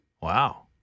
Wow